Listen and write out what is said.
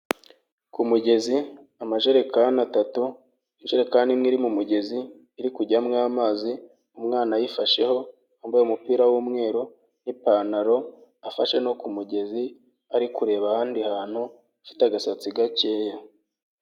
Ku mugezi amajerekani atatu, ijerekani imwe iri mu mugezi, iri kujyamo amazi, umwana ayifasheho, yambaye umupira w'umweru n'ipantaro, afashe no ku mugezi, ari kureba ahandi hantu, afite agasatsi gakeya.